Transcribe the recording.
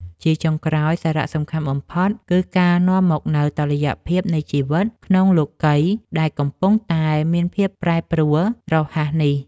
ជាចុងក្រោយ សារៈសំខាន់បំផុតគឺការនាំមកនូវតុល្យភាពនៃជីវិតក្នុងលោកិយដែលកំពុងតែមានភាពប្រែប្រួលរហ័សនេះ។